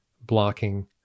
blocking